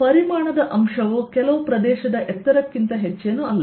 ಪರಿಮಾಣದ ಅಂಶವು ಕೆಲವು ಪ್ರದೇಶದ ಎತ್ತರಕ್ಕಿಂತ ಹೆಚ್ಚೇನೂ ಅಲ್ಲ